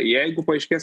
jeigu paaiškės